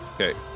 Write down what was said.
Okay